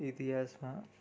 ઇતિહાસના